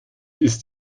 ist